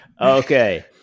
okay